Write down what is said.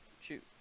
Shoot